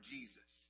Jesus